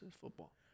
football